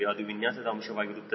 ಅದು ವಿನ್ಯಾಸದ ಅಂಶವಾಗಿರುತ್ತದೆ